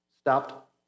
stopped